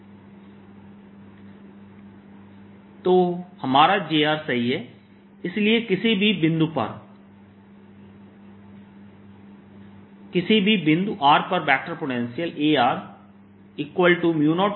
KKy jrKδzy jrdSl dz KδzyyKl तो हमारा jr सही है इसलिए किसी भी बिंदु r पर वेक्टर पोटेंशियल Ar Ar04πjr